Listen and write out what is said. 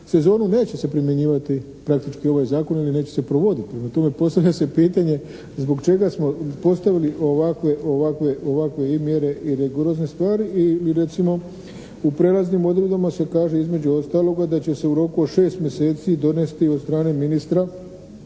sezonu neće se primjenjivati praktički ovaj Zakon ili neće se provoditi. Prema tome, postavlja se pitanje zbog čega smo postavili ovakve i mjere i rigorozne stvari i recimo u prelaznim odredbama se kaže između ostaloga da će se u roku od 6 mjeseci donesti od strane ministra